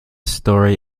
story